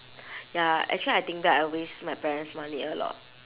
ya actually I think back I waste my parents' money a lot